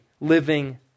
living